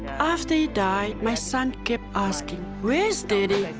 after he died, my son kept asking, where is daddy?